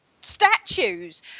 statues